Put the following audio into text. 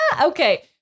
Okay